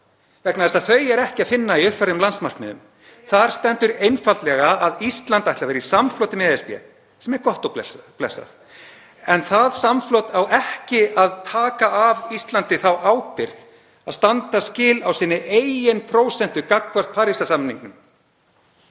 vegna þess að þau er ekki að finna í uppfærðum landsmarkmiðum. (Gripið fram í.) Þar stendur einfaldlega að Ísland ætli að vera í samfloti með ESB, sem er gott og blessað, en það samflot á ekki að taka af Íslandi þá ábyrgð að standa skil á sinni eigin prósentu gagnvart Parísarsamningnum.